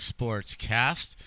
SportsCast